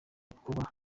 kuba